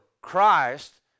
Christ